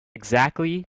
exactly